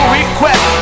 request